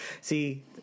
See